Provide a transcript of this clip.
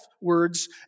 words